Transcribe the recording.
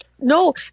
No